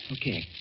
Okay